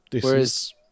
Whereas